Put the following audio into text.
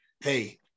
Hey